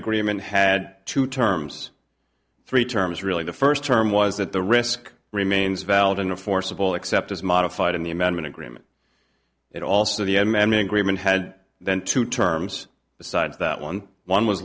agreement had two terms three terms really the first term was that the risk remains valid in a forcible except as modified in the amendment agreement it also the m m in agreement had then two terms besides that one one was